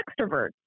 extrovert